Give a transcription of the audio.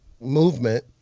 movement